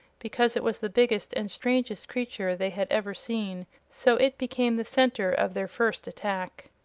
because it was the biggest and strangest creature they had ever seen so it became the center of their first attack.